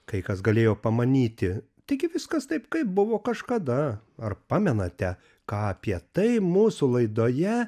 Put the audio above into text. kai kas galėjo pamanyti taigi viskas taip kaip buvo kažkada ar pamenate ką apie tai mūsų laidoje